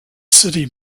city